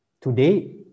Today